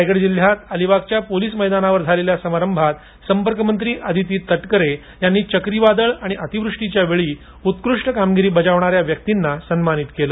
रायगड जिल्ह्यात अलिबागच्या पोलिस मैदानावर झालेल्या समारंभात संपर्कमंत्री अदिती तटकरे यांनी चक्रीवादळ आणि अतिवृष्टीच्या वेळी उत्कृष्ट कामगिरी बजावणाऱ्या व्यक्तींना सन्मानित केलं